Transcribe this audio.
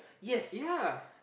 yeah